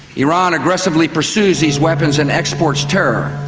iran aggressively pursues these weapons and exports terror.